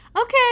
okay